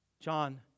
John